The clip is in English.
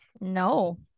No